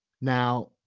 Now